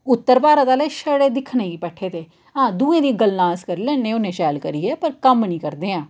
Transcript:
ओहे इन्ने पढ़े लिखे दे लोग न कम्म करने च सब तूं अग्गें दिक्खी लैओ जिन्ने बी उं'दे पी ऐस्स ऐस्ल बी उत्थै उं'दे छोड़ेआ जंदा